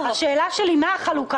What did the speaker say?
השאלה שלי היא מה החלוקה,